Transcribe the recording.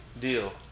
deal